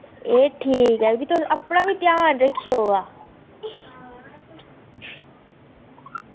एह् ठीक ऐ फ्ही तुस अपना बी ध्यान रक्खेओ अवा